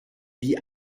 die